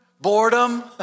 boredom